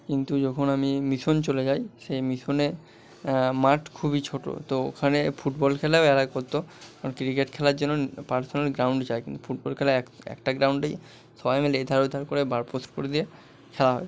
কিন্তু যখন আমি মিশন চলে যাই সেই মিশনে মাঠ খুবই ছোটো তো ওখানে ফুটবল খেলা আরেক হতো ক্রিকেট খেলার জন্য পার্সোনাল গ্রাউন্ড চাই কিন্তু ফুটবল খেলা এক একটা গ্রাউন্ডেই সবাই মিলে এধার ওধার করে বারপোস্ট করে দিয়ে খেলা হয়